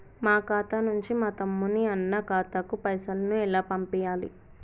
మా ఖాతా నుంచి మా తమ్ముని, అన్న ఖాతాకు పైసలను ఎలా పంపియ్యాలి?